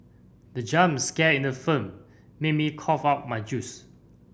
the jump scare in the film made me cough out my juice